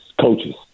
coaches